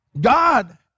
God